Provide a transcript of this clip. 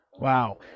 Wow